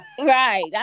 Right